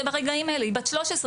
ברגעים האלה היא בת 13,